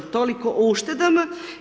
Toliko o uštedama.